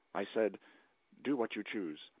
i said do what you choose.